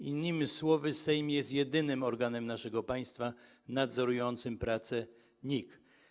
Innymi słowy, Sejm jest jedynym organem naszego państwa nadzorującym prace NIK.